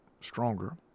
stronger